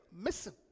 Missing